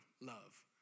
love